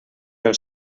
del